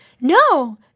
no